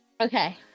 Okay